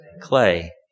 Clay